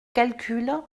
calcul